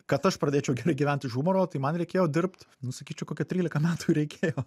kad aš pradėčiau gyvent iš humoro tai man reikėjo dirbt nu sakyčiau kokia trylika metų ir reikėjo